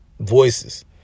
voices